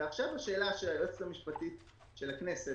ועכשיו השאלה שהיועצת המשפטית של הכנסת